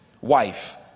Wife